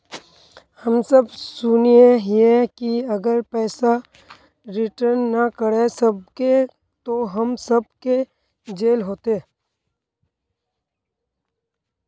हम सब सुनैय हिये की अगर पैसा रिटर्न ना करे सकबे तो हम सब के जेल होते?